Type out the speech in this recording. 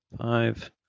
Five